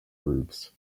groups